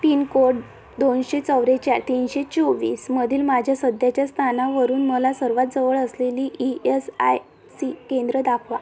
pin code दोनशे चौवेचाळीस तीनशे चोवीसमधील माझ्या सध्याच्या स्थानावरून मला सर्वात जवळ असलेली ई यस आय सी केंद्रं दाखवा